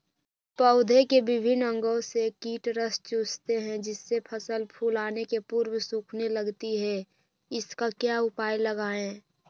पौधे के विभिन्न अंगों से कीट रस चूसते हैं जिससे फसल फूल आने के पूर्व सूखने लगती है इसका क्या उपाय लगाएं?